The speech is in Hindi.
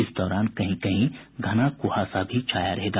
इस दौरान कहीं कहीं घना कुहासा भी छाया रहेगा